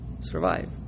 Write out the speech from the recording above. survive